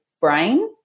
brain